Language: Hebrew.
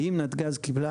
שאם נתג"ז קיבלה,